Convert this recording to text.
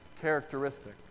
characteristic